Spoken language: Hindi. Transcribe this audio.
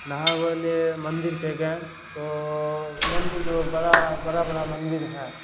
नहा वहाँ लिए मंदिर पर गए तो मंदिर जो बड़ा बड़ा बड़ा मंदिर है